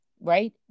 right